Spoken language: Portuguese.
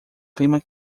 clima